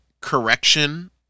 correction